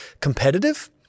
competitive